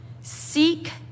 Seek